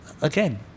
again